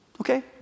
Okay